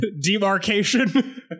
demarcation